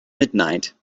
midnight